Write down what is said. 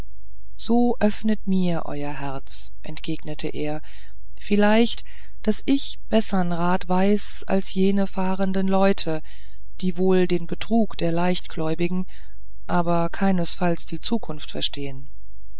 so öffnet mir euer herz entgegnete er vielleicht daß ich bessern rat weiß als jene fahrenden leute die wohl den betrug der leichtgläubigen aber keineswegs die zukunft verstehen